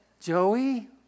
Joey